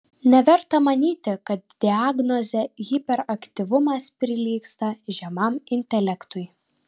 neverta manyti kad diagnozė hiperaktyvumas prilygsta žemam intelektui